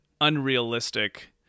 unrealistic